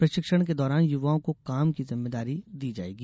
प्रशिक्षण के दौरान युवाओं को काम की जिम्मेदारी दी जायेगी